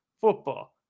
football